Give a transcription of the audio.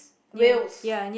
whales